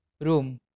room